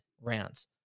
rounds